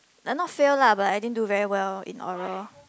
like not failed lah but I din do very well in oral